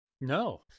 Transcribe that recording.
No